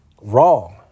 Wrong